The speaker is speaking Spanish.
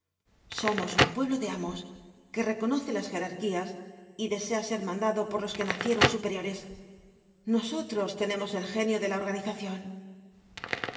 somos un pueblo de amos que reconoce las jerarquías y desea ser mandado por los que nacieron superiores nosotros tenemos el genio de la organización